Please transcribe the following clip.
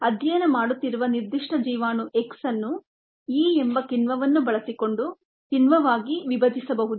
ಅಧ್ಯಯನ ಮಾಡುತ್ತಿರುವ ನಿರ್ದಿಷ್ಟ ಜೀವಾಣು X ಅನ್ನು E ಎಂಬ ಕಿಣ್ವವನ್ನು ಬಳಸಿಕೊಂಡು ಕಿಣ್ವವಾಗಿ ವಿಭಜಿಸಬಹುದು